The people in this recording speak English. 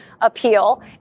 appeal